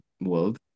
world